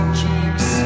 cheeks